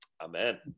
Amen